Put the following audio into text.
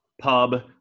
pub